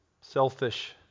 Selfish